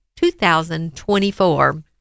2024